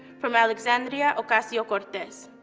from alexandria ocasio-cortez.